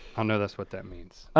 i'll know that's what that means.